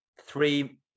three